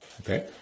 Okay